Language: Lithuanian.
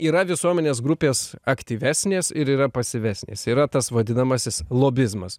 yra visuomenės grupės aktyvesnės ir yra pasyvesnis yra tas vadinamasis lobizmas